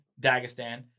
Dagestan